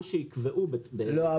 מה שיקבעו --- לא,